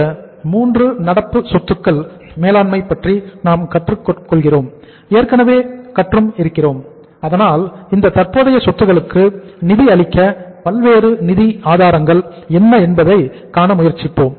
இந்த 3 நடப்பு சொத்துக்கள் மேலாண்மை பற்றி நாம் கற்றுக் கொள்கிறோம் ஏற்கனவே கற்றும் இருக்கிறோம் அதனால் இந்த தற்போதைய சொத்துக்களுக்கு நிதி அளிக்க பல்வேறு நிதி ஆதாரங்கள் என்னவென்பதை காண முயற்சிப்போம்